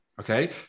Okay